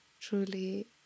truly